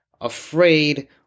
afraid